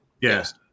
yes